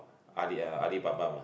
Ali uh Alibaba mah